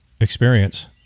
experience